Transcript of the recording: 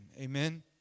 Amen